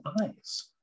eyes